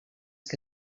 que